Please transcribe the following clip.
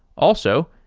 also,